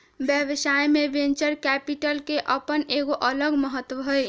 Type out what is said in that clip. व्यवसाय में venture capital के अपन एक अलग महत्व हई